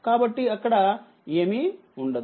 కాబట్టిఅక్కడఏమీ ఉండదు